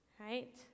right